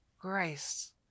Grace